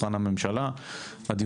הממשלה והמדינה,